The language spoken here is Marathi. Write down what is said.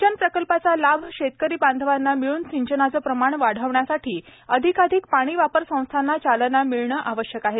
सिंचन प्रकल्पाचा लाभ शेतकरी बांधवांना मिळून सिंचनाचे प्रमाण वाढविण्यासाठी अधिकाधिक पाणीवापर संस्थांना चालना मिळणे आवश्यक आहे